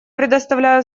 предоставляю